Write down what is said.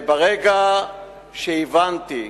ברגע שהבנתי,